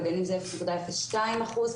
בגנים זה אפס נקודה אפס שניים אחוז,